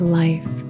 life